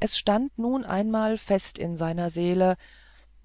es stand nun einmal fest in seiner seele